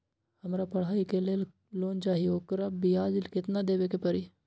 हमरा पढ़ाई के लेल लोन चाहि, ओकर ब्याज केतना दबे के परी?